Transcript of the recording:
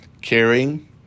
caring